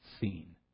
seen